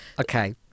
okay